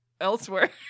elsewhere